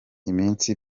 iminsi